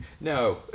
No